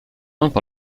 langue